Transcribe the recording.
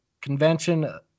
Convention